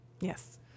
Yes